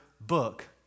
book